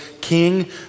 king